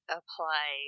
apply